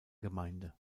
gemeinde